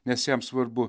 nes jam svarbu